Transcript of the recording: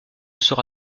sera